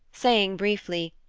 saying briefly,